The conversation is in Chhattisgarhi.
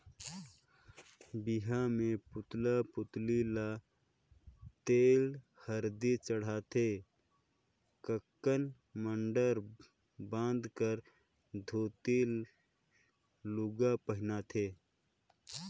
बिहा मे पुतला पुतली ल तेल हरदी चढ़ाथे ककन मडंर बांध कर धोती लूगा पहिनाथें